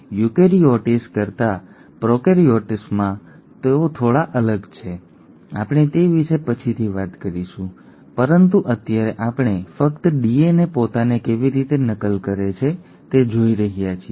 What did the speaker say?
eukaryotes કરતાં પ્રોકેરીયોટ્સમાં તેઓ થોડા અલગ છે આપણે તે વિશે પછીથી વાત કરીશું પરંતુ અત્યારે આપણે ફક્ત ડીએનએ પોતાને કેવી રીતે નકલ કરે છે તે જોઈ રહ્યા છીએ